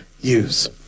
use